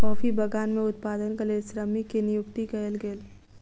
coffee बगान में उत्पादनक लेल श्रमिक के नियुक्ति कयल गेल